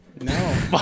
No